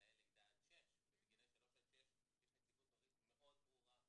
לגילאי לידה עד שש ומגילאי שלוש עד שש יש נציגות הורית מאוד ברורה,